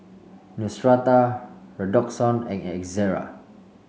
neostrata Redoxon and Ezerra